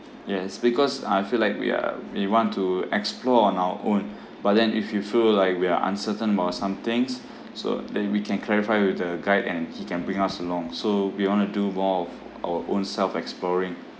yes because I feel like we uh we want to explore on our own but then if we feel like we are uncertain about some things so then we can clarify with the guide and he can bring us along so we want to do more of our own self exploring